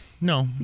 No